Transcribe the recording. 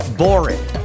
boring